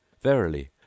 verily